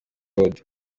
road